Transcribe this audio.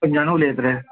खंयच्यान उलयता रे